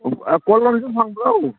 ꯑꯥ ꯀꯣꯂꯣꯝꯁꯨ ꯐꯪꯕ꯭ꯔꯣ